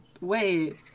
wait